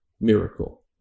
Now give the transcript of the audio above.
miracle